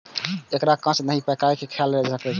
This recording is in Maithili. एकरा कांच नहि, पकाइये के खायल जा सकैए